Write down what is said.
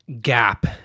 gap